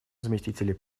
заместителей